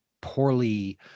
poorly